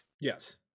Yes